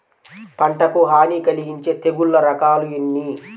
పంటకు హాని కలిగించే తెగుళ్ళ రకాలు ఎన్ని?